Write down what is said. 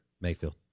Mayfield